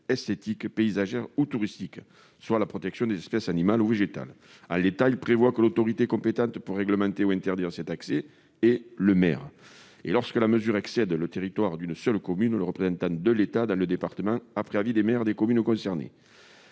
esthétiques, paysagères ou touristiques, soit la protection des espèces animales ou végétales. En l'état, il prévoit que l'autorité compétente pour réglementer ou interdire cet accès est le maire ou bien, lorsque la mesure excède le territoire d'une seule commune, le représentant de l'État dans le département, après avis des maires des communes concernées.